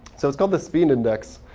so it's called the speed index.